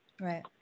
Right